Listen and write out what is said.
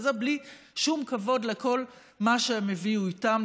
בלי שום כבוד לכל מה שהם הביאו איתם,